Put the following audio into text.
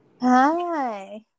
hi